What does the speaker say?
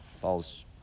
falls